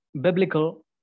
Biblical